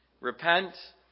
repent